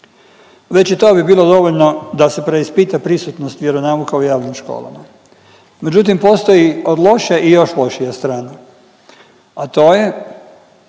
Već i to bi bilo dovoljno da se preispita prisutnost vjeronauka u javnim školama, međutim postoji od loše i još lošija strana, a to je